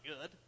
good